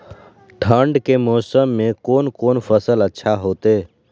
ठंड के मौसम में कोन कोन फसल अच्छा होते?